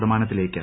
ശതമാനത്തിലേക്ക്